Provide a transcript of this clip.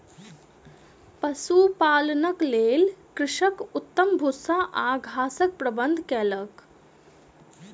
पशुपालनक लेल कृषक उत्तम भूस्सा आ घासक प्रबंध कयलक